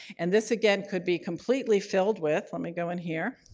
and this again could be completely filled with let me go in here.